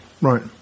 Right